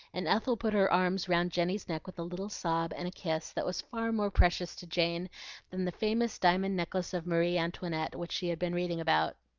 and ethel put her arms round jenny's neck with a little sob and a kiss that was far more precious to jane than the famous diamond necklace of marie antoinette, which she had been reading about.